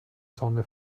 sonne